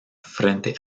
frente